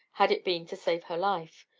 had it been to save her life.